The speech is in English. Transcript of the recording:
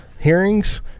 hearings